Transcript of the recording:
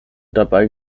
dabei